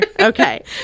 Okay